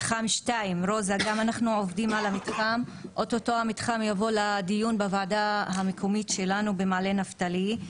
מתחם 2. אוטוטו המתחם יבוא לדיון בוועדה המקומית שלנו במעלה נפתלי.